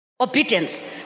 Obedience